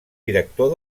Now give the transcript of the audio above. director